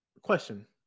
Question